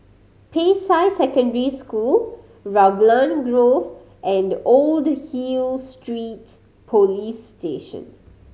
Peicai Secondary School Raglan Grove and Old Hill Street Police Station